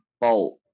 Bolt